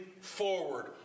forward